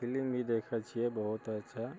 film भी देखै छियै बहुत अच्छा